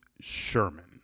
Sherman